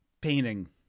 painting